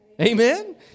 Amen